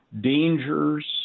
dangers